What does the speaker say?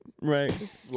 Right